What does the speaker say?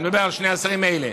אני מדבר על שני השרים האלה,